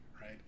right